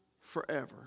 forever